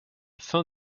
faim